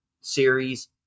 series